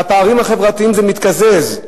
בפערים החברתיים זה מתקזז.